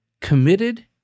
committed